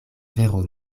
vero